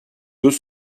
deux